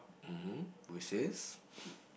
um hmm which is